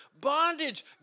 bondage